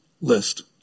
list